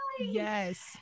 Yes